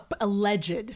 alleged